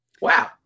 Wow